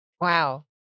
wow